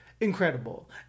incredible